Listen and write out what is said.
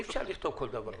אי-אפשר לכתוב כל דבר בחוק.